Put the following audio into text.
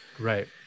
right